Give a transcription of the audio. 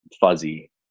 fuzzy